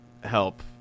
help